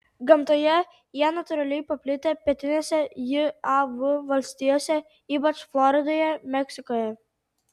gamtoje jie natūraliai paplitę pietinėse jav valstijose ypač floridoje meksikoje